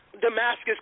Damascus